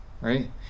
right